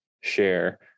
share